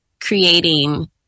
creating